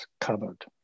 covered